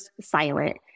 silent